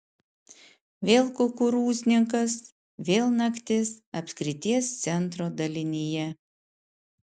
vėl kukurūznikas vėl naktis apskrities centro dalinyje